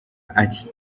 ati